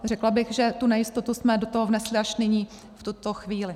Řekla bych, že tu nejistotu jsme do toho vnesli až nyní, v tuto chvíli.